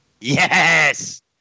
Yes